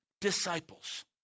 disciples